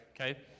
okay